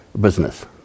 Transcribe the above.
business